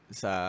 sa